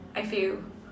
I fail